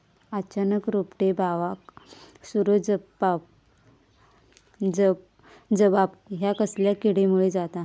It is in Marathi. अचानक रोपटे बावाक सुरू जवाप हया कसल्या किडीमुळे जाता?